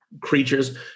creatures